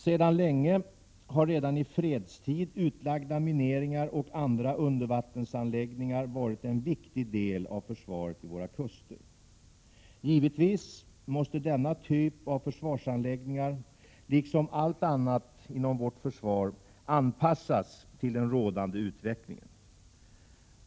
Sedan länge har redan i fredstid utlagda mineringar och andra undervat tensanläggningar varit en viktig del av försvaret vid våra kuster. Givetvis måste denna typ av försvarsanläggningar — liksom allt annat inom vårt försvar — anpassas till den rådande utvecklingen.